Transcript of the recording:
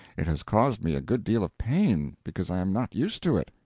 it has caused me a good deal of pain, because i am not used to it.